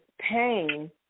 pain